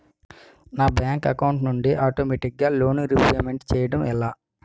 నా bank account నుండి ఆటోమేటిగ్గా లోన్ రీపేమెంట్ చేయడం ఎలా?